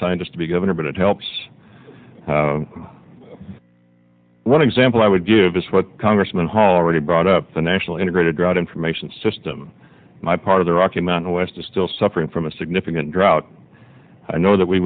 scientist to be governor but it helps one example i would give us what congressman paul really brought up the national integrated drought information system my part of the rocky mountain west is still suffering from a significant drought i know that we